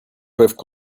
peuvent